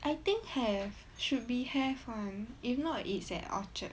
I think have should be have one if not it's at orchard